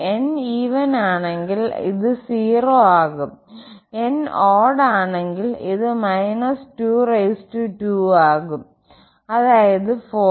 n even ആണെങ്കിൽ ഇത് 0 ആകും n ഓഡ്ഡ് ആണെങ്കിൽ ഇത് 2 ആകും അതായത് 4